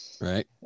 Right